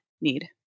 need